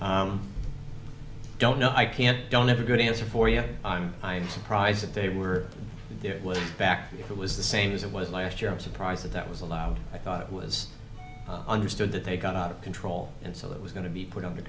i don't know i can't don't have a good answer for you i'm i'm surprised that they were there it was back it was the same as it was last year i was surprised that that was allowed i thought it was understood that they got out of control and so it was going to be put under